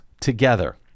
together